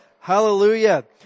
Hallelujah